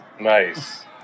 nice